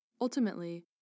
Ultimately